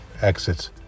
exits